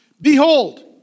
Behold